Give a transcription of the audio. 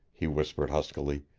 he whispered huskily.